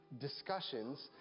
discussions